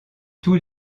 tous